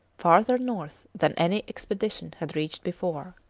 farther north than any expedition had reached before.